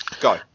go